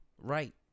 Right